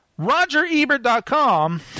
RogerEbert.com